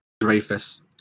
Dreyfus